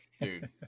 dude